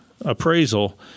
appraisal